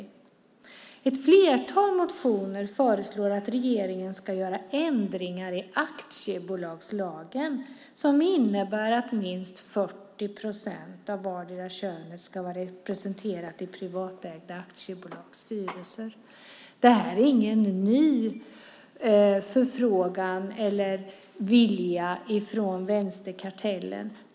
I ett flertal motioner föreslås att regeringen ska göra ändringar i aktiebolagslagen, som innebär att minst 40 procent av vartdera könet ska vara representerat i privatägda aktiebolags styrelser. Det här är ingen ny fråga eller vilja för vänsterkartellen.